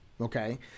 okay